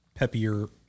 peppier